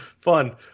Fun